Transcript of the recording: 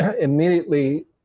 immediately